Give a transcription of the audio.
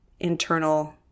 internal